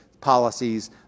policies